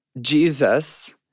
Jesus